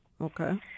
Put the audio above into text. Okay